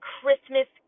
Christmas